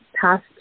past